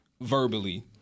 verbally